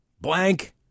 blank